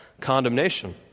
condemnation